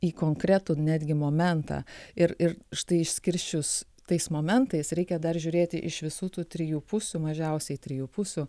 į konkretų netgi momentą ir ir štai išskirsčius tais momentais reikia dar žiūrėti iš visų tų trijų pusių mažiausiai trijų pusių